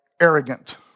arrogant